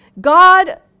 God